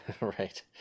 Right